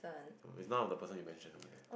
no its none of the person you mentioned over there